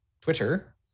Twitter